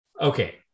Okay